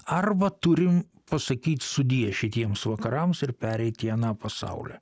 arba turim pasakyt sudie šitiems vakarams ir pereit į aną pasaulį